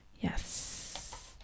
yes